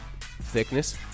Thickness